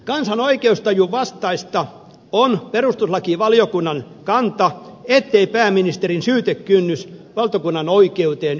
kansan oikeustajun vastaista on perustuslakivaliokunnan kanta ettei pääministerin syytekynnys valtakunnanoikeuteen ylity